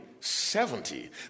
Seventy